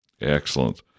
Excellent